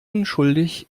unschuldig